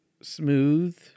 smooth